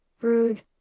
rude